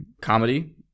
comedy